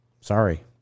sorry